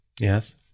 Yes